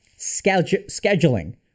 scheduling